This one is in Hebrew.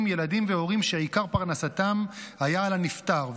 ילדים והורים שעיקר פרנסתם היה על הנפטר,